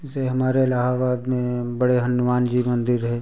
जैसे हमारे इलाहाबाद में बड़े हनुमान जी मंदिर है